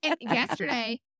yesterday